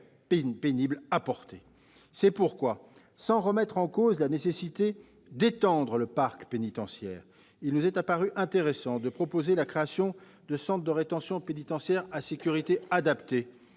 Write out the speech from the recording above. C'est pourquoi, sans remettre en cause la nécessité d'étendre le parc pénitentiaire, il nous est apparu intéressant de proposer la création de centres de rétention pénitentiaire à sécurité adaptée,